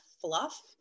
fluff